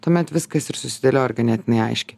tuomet viskas ir susidėlioja ir ganėtinai aiškiai